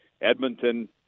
Edmonton